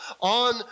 On